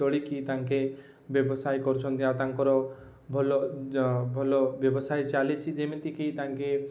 ତୋଳିକି ତାଙ୍କେ ବ୍ୟବସାୟ କରୁଛନ୍ତି ଆଉ ତାଙ୍କର ଭଲ ବି ଭଲ ବ୍ୟବସାୟ ଚାଲିଛି ଯେମିତିକି ତାଙ୍କେ